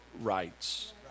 rights